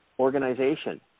organization